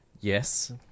yes